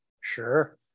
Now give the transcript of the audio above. sure